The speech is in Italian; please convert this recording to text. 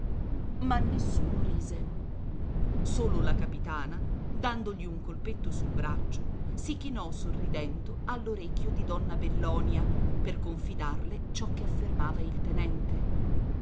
ma nessuno rise solo la capitana dandogli un colpetto sul braccio si chinò sorridendo all'orecchio di donna bellonia per confidarle ciò che affermava il tenente